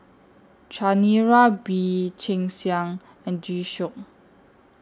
Chanira Bee Cheng Xiang and G Shock